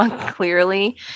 clearly